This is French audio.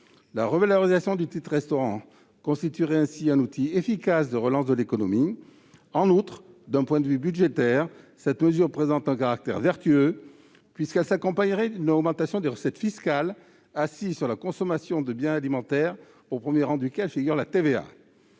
La revalorisation du titre-restaurant constituerait ainsi un outil efficace de relance de l'économie. En outre, d'un point de vue budgétaire, cette mesure présente un caractère vertueux, puisqu'elle s'accompagnerait d'une augmentation des recettes fiscales assises sur la consommation de biens alimentaires, au premier rang duquel figure la TVA.